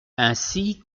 ainsi